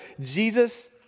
Jesus